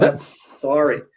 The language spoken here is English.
sorry